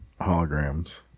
holograms